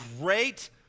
great